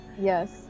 yes